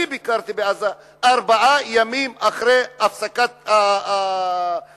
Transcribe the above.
אני ביקרתי בעזה ארבעה ימים אחרי הפסקת ההפצצות